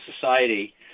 society